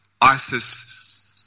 ISIS